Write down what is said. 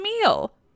meal